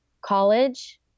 college